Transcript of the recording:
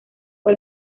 fue